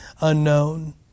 unknown